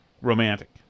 romantic